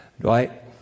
Dwight